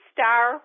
Star